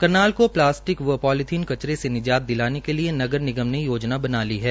करनाल को प्लास्टिक व पॉलीथीन कचरे से निजात दिलाने के लिए नगर निगम ने योजना बना ली है